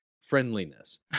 friendliness